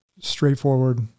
straightforward